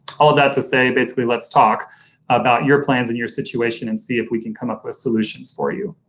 all that to say, basically, let's talk about your plans in your situation and see if we can come up with solutions for you.